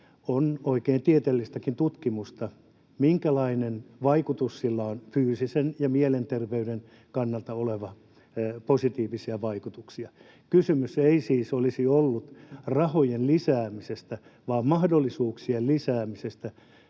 on oikein tieteellistäkin tutkimusta, minkälainen vaikutus sillä on fyysisen ja mielenterveyden kannalta: positiivisia vaikutuksia. Kysymys ei siis olisi ollut rahojen lisäämisestä vaan mahdollisuuksien lisäämisestä,